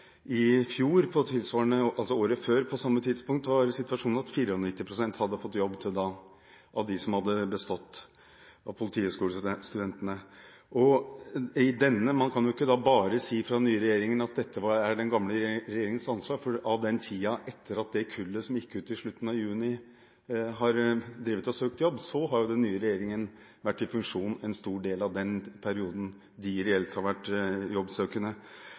i fjor – altså året før – var situasjonen at 94 pst. av politihøgskolestudentene som hadde bestått, hadde fått jobb. Man kan ikke fra den nye regjeringens side bare si at dette er den gamle regjeringens ansvar, all den tid den nye regjeringen har vært i funksjon en stor del av den perioden kullet som gikk ut i slutten av juni, har søkt jobb og reelt vært jobbsøkende.